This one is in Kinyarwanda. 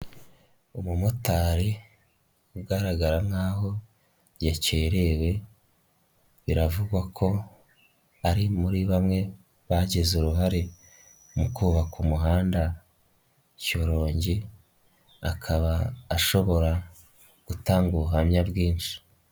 Umumotari ugaragara nkaho yakerewe biravugwa ko ari muri bamwe bagize uruhare mu kubaka umuhanda shyorongi akaba ashobora gutanga ubuhamya bwinshi.